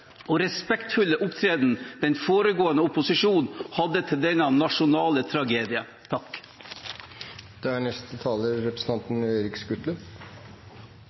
og respektfulle opptreden den foregående opposisjonen hadde etter denne nasjonale tragedien. Jeg har ikke til hensikt å forlenge debatten unødig, men representanten